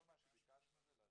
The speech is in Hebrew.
כל מה שביקשנו זה לרדת.